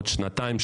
עוד שנתיים,